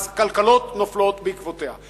אז כלכלות נופלות בעקבותיה.